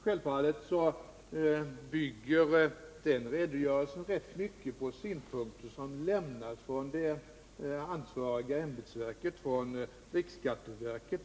Självfallet bygger Tisdagen den den redogörelsen rätt mycket på synpunkter som har lämnats av det 20 november 1979 ansvariga ämbetsverket, riksskatteverket.